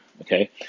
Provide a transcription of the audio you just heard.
Okay